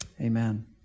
Amen